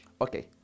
Okay